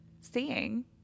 seeing